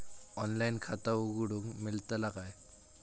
Online खाता उघडूक मेलतला काय?